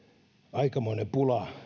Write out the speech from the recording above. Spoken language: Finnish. aikamoinen pula